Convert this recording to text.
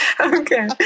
Okay